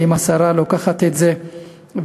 שאם השרה לוקחת את זה ומצהירה,